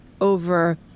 over